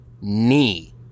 knee